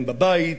הם בבית,